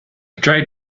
tried